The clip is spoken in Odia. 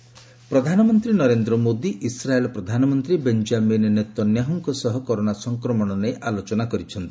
ମୋଦି ନେତନ୍ୟାହ୍ ପ୍ରଧାନମନ୍ତ୍ରୀ ନରେନ୍ଦ୍ର ମୋଦି ଇସ୍ରାଏଲ୍ ପ୍ରଧାନମନ୍ତ୍ରୀ ବେଞ୍ଜାମିନ୍ ନେତନ୍ୟାହୁଙ୍କ ସହ କରୋନା ସଂକ୍ରମଣ ନେଇ ଆଲୋଚନା କରିଛନ୍ତି